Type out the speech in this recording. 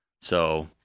So-